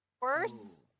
Worse